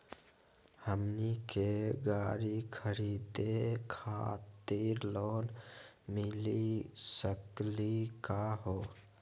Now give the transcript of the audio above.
हमनी के गाड़ी खरीदै खातिर लोन मिली सकली का हो?